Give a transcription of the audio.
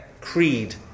creed